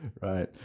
right